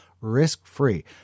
risk-free